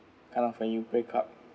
kind of like you break up